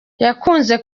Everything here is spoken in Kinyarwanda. yakunze